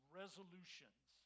resolutions